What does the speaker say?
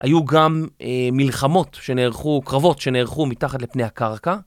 היו גם מלחמות שנערכו, קרבות שנערכו, מתחת לפני הקרקע.